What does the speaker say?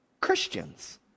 Christians